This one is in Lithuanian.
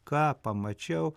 ką pamačiau